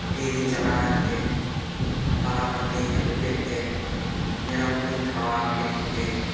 ᱵᱤᱨᱤᱧ ᱪᱟᱞᱟᱣᱮᱱᱜᱮ ᱯᱟᱞᱦᱟ ᱯᱟᱛ ᱤᱧ ᱟᱹᱜᱩ ᱠᱮᱫ ᱜᱮ ᱢᱮᱨᱚᱢ ᱠᱚᱧ ᱠᱷᱟᱣᱟᱣ ᱠᱚᱫ ᱠᱚᱜᱮ